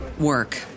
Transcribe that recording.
work